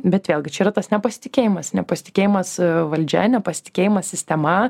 bet vėlgi čia yra tas nepasitikėjimas nepasitikėjimas valdžia nepasitikėjimas sistema